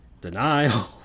denial